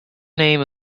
name